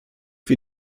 wir